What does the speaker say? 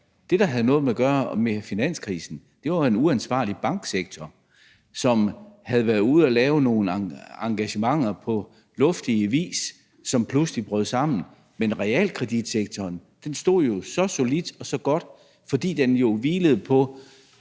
Det, der havde noget at gøre med finanskrisen, var en uansvarlig banksektor, som havde været ude at lave nogle engagementer på luftig vis, som pludselig brød sammen. Men realkreditsektoren stod så solidt og så godt, fordi den jo hvilede på